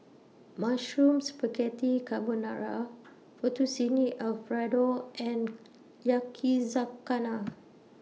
Mushroom Spaghetti Carbonara Fettuccine Alfredo and Yakizakana